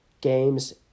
games